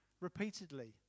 repeatedly